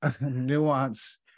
nuance